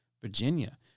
Virginia